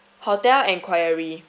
hotel enquiry